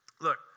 Look